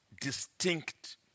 Distinct